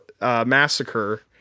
massacre